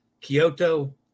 Kyoto